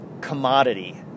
commodity